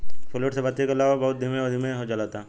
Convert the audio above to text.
fluid से बत्ती के लौं बहुत ही धीमे धीमे जलता